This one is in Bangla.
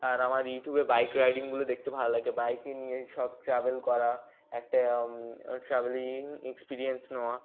আর আমার ইউটিউবে বাইক রাইডিংগুলো দেখতে ভালো লাগে বাইকে নিয়ে সব ট্রাভেল করা একটা ট্রাভেলিং এক্সপিরিয়েন্স নেওয়া